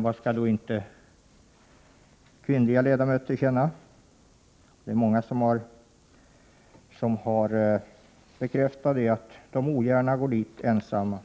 Vad skall då inte kvinnliga ledamöter känna? Många har bekräftat att de ogärna går dit ensamma.